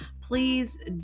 please